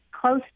close